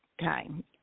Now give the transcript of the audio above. time